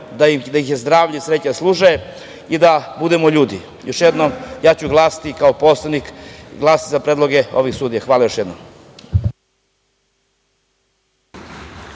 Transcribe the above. da ih zdravlje i sreća služe, i da budemo ljudi. Još jednom, ja ću glasati, kao poslanik, za predloge ovih sudija. Hvala još jednom.